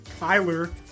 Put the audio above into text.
Kyler